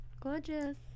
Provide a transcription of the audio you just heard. Gorgeous